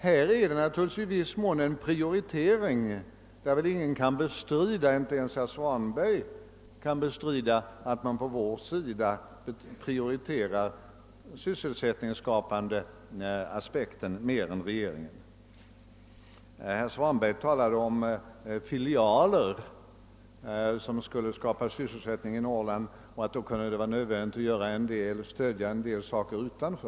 Här är det naturligtvis i viss mån fråga om en prioritering, och ingen kan väl bestrida — inte ens herr Svanberg — att man på vår sida prioriterar den sysselsättningsskapande aspekten mer än regeringen gör. Herr Svanberg talade om filialer som skulle skapa sysselsättning i Norrland och att det då kunde vara nödvändigt att stödja en del projekt utanför Norrland.